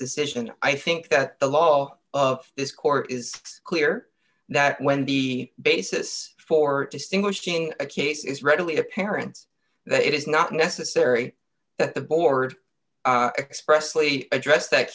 decision i think that the law of this court is clear that when be basis for distinguishing a case is readily apparent that it is not necessary that the board expressly address that